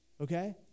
okay